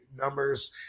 numbers